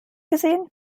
gesehen